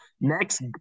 Next